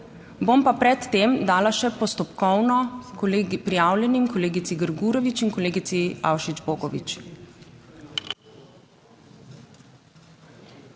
Bom pa pred tem dala še postopkovno prijavljenim kolegici Grgurevič in kolegici Avšič Bogovič.